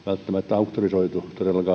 auktorisoitu